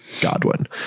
Godwin